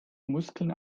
muskeln